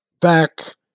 back